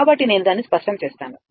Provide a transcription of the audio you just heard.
కాబట్టి నేను దానిని స్పష్టంచేస్తాను